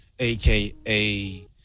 AKA